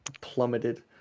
plummeted